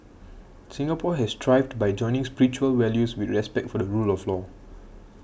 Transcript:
Singapore has thrived by joining spiritual values with respect for the rule of law